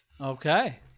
Okay